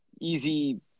easy –